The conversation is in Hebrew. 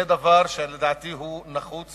זה דבר שלדעתי הוא נחוץ